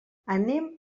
anem